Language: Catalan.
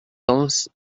doncs